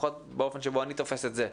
לפחות באופן שבו אני תופס את זה,